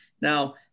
Now